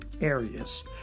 areas